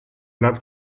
love